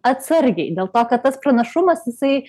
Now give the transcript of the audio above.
atsargiai dėl to kad tas pranašumas jisai